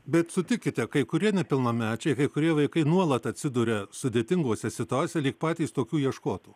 bet sutikite kai kurie nepilnamečiai kai kurie vaikai nuolat atsiduria sudėtingose situacijoj lyg patys tokių ieškotų